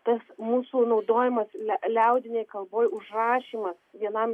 tas mūsų naudojamas lia liaudinėj kalboj užrašymas vienam